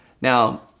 Now